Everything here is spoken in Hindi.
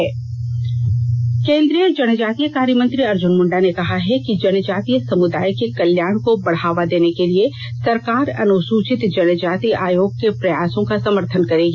अर्जुन मुंडा केन्द्रीय जनजातीय कार्य मंत्री अर्जुन मुंडा ने कहा है कि जनजातीय समुदाय के कल्याण को बढावा देने के लिए सरकार अनुसुचित जनजाति आयोग के प्रयासों का समर्थन करेगी